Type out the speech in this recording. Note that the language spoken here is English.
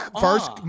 first